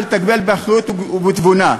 ולתגמל באחריות ובתבונה,